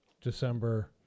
December